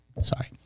Sorry